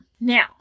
Now